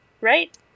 right